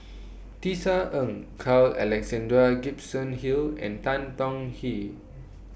Tisa Ng Carl Alexander Gibson Hill and Tan Tong Hye